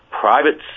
private